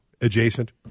adjacent